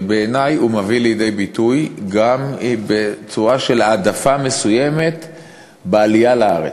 שבעיני הוא מביא לידי ביטוי גם העדפה מסוימת בעלייה לארץ.